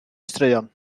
straeon